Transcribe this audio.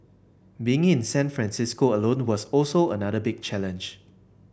been in San Francisco alone was also another big challenge